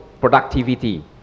productivity